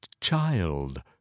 child